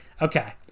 okay